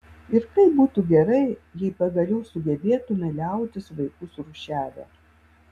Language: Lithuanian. ir kaip būtų gerai jei pagaliau sugebėtume liautis vaikus rūšiavę